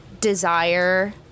desire